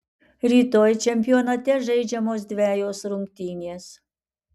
rytoj čempionate žaidžiamos dvejos rungtynės